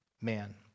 man